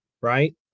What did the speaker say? right